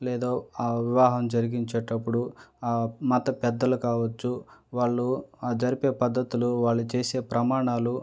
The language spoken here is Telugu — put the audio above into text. లేదా ఆ వివాహం జరిగించేటప్పుడు ఆ మత పెద్దలు కావచ్చు వాళ్ళు ఆ జరిపే పద్ధతులు వాళ్ళు చేసే ప్రమాణాలు